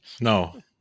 No